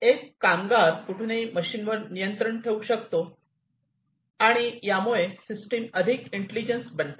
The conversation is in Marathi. एक कामगार कुठूनही मशीनवर नियंत्रण ठेवू शकतो आणि यामुळे ही सिस्टम अधिक इंटेलिजन्स बनते